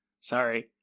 sorry